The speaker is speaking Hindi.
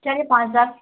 चलिए पाँच हज़ार